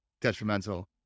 detrimental